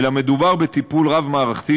אלא מדובר בטיפול רב-מערכתי,